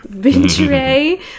betray